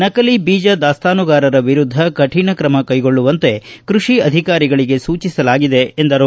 ನಕಲಿ ಬೀಜ ದಾಸ್ತಾನುದಾರರ ವಿರುದ್ದ ಕಠಿಣ ಕ್ರಮ ಕೈಗೊಳ್ಳುವಂತೆ ಕೃಷಿ ಅಧಿಕಾರಿಗಳಿಗೆ ಸೂಚಿಸಲಾಗಿದೆ ಎಂದರು